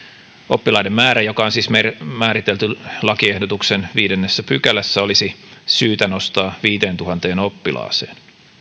oppilaiden määrä joka on siis määritelty lakiehdotuksen viidennessä pykälässä olisi syytä nostaa viiteentuhanteen oppilaaseen